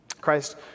Christ